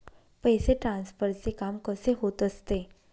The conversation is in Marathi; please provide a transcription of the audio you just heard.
पैसे ट्रान्सफरचे काम कसे होत असते?